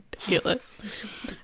Ridiculous